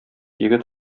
егет